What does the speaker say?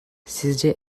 sizce